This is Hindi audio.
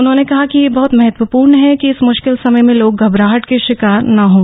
उन्होंने कहा कि यह बहत महत्वपूर्ण है कि इस मृश्किल समय में लोग घबराहट के शिकार न हों